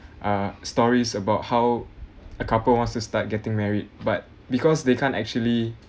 uh stories about how a couple wants to start getting married but because they can't actually